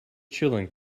chilling